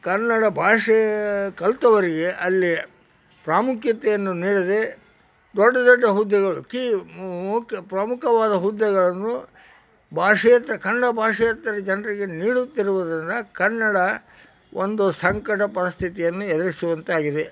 ಕನ್ನಡ ಭಾಷೆಯ ಕಲಿತವರಿಗೆ ಅಲ್ಲಿ ಪ್ರಾಮುಖ್ಯತೆಯನ್ನು ನೀಡದೆ ದೊಡ್ಡ ದೊಡ್ಡ ಹುದ್ದೆಗಳು ಕೀ ಮುಕ್ ಪ್ರಮುಖವಾದ ಹುದ್ದೆಗಳನ್ನು ಭಾಷೇತರ ಕನ್ನಡ ಭಾಷೇತರ ಜನರಿಗೆ ನೀಡುತ್ತಿರುವುದರಿಂದ ಕನ್ನಡ ಒಂದು ಸಂಕಟ ಪರಿಸ್ಥಿತಿಯನ್ನು ಎದುರಿಸುವಂತೆ ಆಗಿದೆ